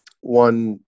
one